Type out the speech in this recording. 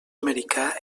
americà